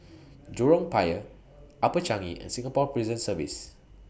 Jurong Pier Upper Changi and Singapore Prison Service